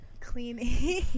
Cleaning